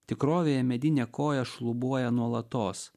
tikrovėje medinė koja šlubuoja nuolatos